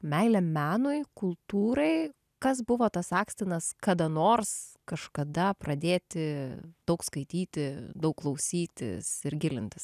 meilė menui kultūrai kas buvo tas akstinas kada nors kažkada pradėti daug skaityti daug klausytis ir gilintis